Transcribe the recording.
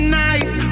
nice